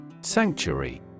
Sanctuary